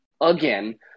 again –